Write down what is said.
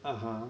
(uh huh)